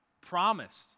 promised